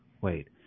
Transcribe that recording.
Wait